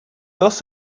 dos